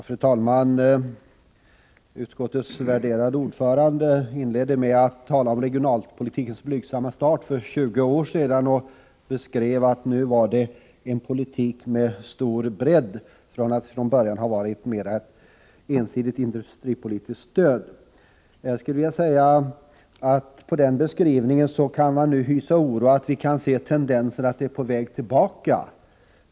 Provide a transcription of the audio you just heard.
Fru talman! Utskottets värderade ordförande talade inledningsvis om regionalpolitikens blygsamma start för tjugo år sedan. Hon sade att denna politik nu hade fått en stor bredd men att den från början till stor del innebar ett ensidigt industripolitiskt stöd. Man kan med anledning av denna beskrivning hysa oro för att det finns tendenser som tyder på att vi är på väg tillbaka.